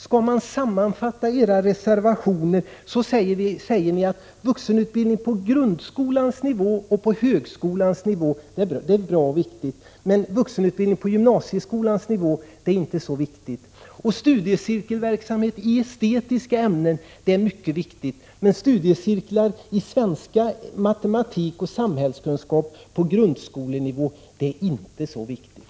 Man kan sammanfatta era reservationer så här: Ni säger att vuxenutbildning på grundskolans nivå och på högskolans nivå är bra och viktig, men vuxenutbildning på gymnasieskolans nivå är inte så viktig. Studiecirkelverksamhet i estetiska ämnen är mycket viktig, men studiecirklar i svenska, matematik och samhällskunskap på grundskolenivå är inte så viktiga.